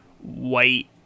White